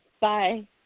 Bye